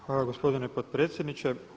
Hvala gospodine potpredsjedniče.